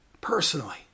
personally